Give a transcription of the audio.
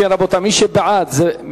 אם כן, רבותי, מי שבעד, זה מליאה.